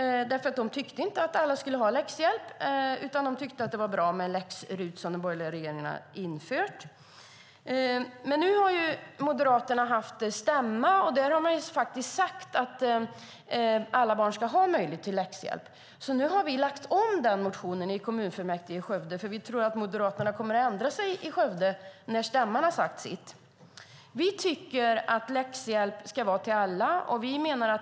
De tyckte inte att alla skulle ha läxhjälp utan att det var bra med läx-RUT som den borgerliga regeringen infört. Nu har Moderaterna haft stämma. Där har man sagt att alla barn ska ha möjlighet till läxhjälp. Nu har vi lagt fram motionen på nytt i kommunfullmäktige i Skövde. Vi tror att moderaterna i Skövde kommer att ändra sig när stämman har sagt sitt. Vi tycker att det ska vara läxhjälp till alla.